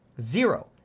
Zero